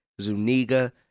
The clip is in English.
Zuniga